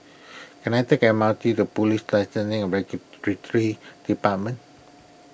can I take the M R T to Police Licensing and Regulatory Department